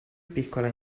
piccola